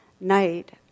night